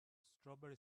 strawberry